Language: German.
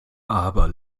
aber